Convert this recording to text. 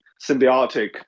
symbiotic